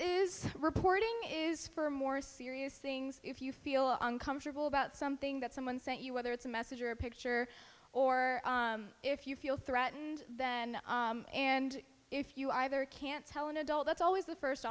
is reporting is for more serious things if you feel uncomfortable about something that someone sent you whether it's a message or a picture or if you feel threatened then and if you either can't tell an adult that's always the first